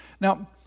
Now